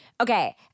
Okay